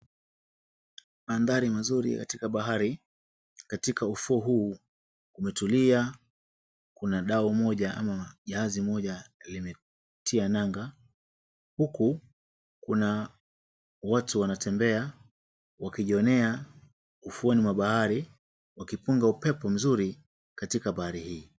Mandhari mazuri katika bahari katika ufuo huu kumetulia, kuna dau moja ama jahazi moja limetia nanga, huku kuna watu wanatembea wakijionea ufuoni mwa bahari wakipunga upepo mzuri katika bahari hii.